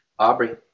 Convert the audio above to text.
Aubrey